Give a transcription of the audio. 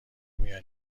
میان